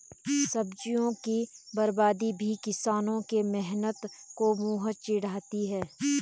सब्जियों की बर्बादी भी किसानों के मेहनत को मुँह चिढ़ाती है